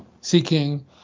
seeking